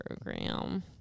program